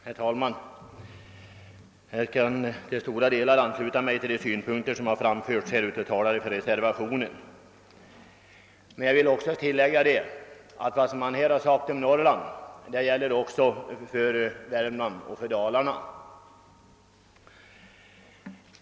Herr talman! Jag kan i stora delar ansluta mig till de synpunkter som framförts här av talare för reservationen. Jag vill emellertid tillägga att vad som sagts om Norrland också gäller Värmland och Dalarna.